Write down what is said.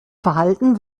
verhalten